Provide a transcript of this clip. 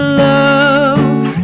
love